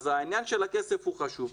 אז העניין של הכסף הוא חשוב,